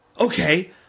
Okay